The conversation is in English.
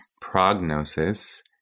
prognosis